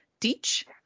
teach